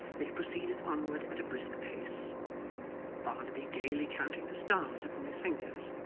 they proceeded onward at a brisk pace barnaby gaily counting the stars upon his fingers,